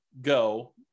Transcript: go